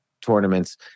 tournaments